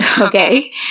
Okay